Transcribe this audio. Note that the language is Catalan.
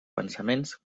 pensaments